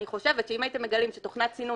אני חושבת שאם הייתם מגלים שתוכנת סינון